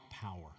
power